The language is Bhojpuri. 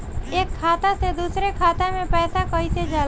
एक खाता से दूसर खाता मे पैसा कईसे जाला?